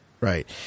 right